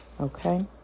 Okay